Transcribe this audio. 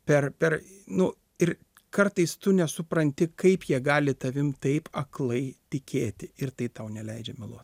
per per nu ir kartais tu nesupranti kaip jie gali tavim taip aklai tikėti ir tai tau neleidžia meluot